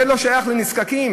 זה לא שייך לנזקקים?